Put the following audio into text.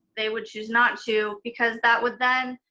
they would choose not to. because that would then,